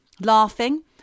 laughing